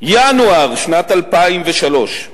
ינואר שנת 2003,